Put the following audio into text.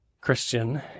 Christian